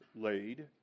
laid